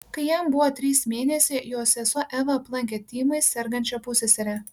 kai jam buvo trys mėnesiai jo sesuo eva aplankė tymais sergančią pusseserę